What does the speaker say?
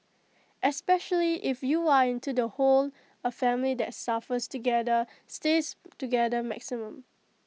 especially if you are into the whole A family that suffers together stays together maxim